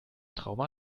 trauma